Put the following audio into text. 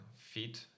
feet